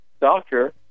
doctor